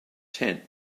tent